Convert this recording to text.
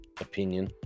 opinion